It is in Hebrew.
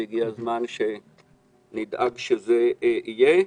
והגיע הזמן שנדאג שזה יהיה.